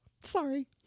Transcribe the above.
Sorry